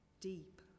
Deep